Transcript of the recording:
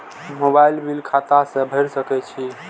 Mobile bill खाता से भेड़ सके छि?